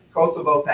Kosovo